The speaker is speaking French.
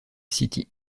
city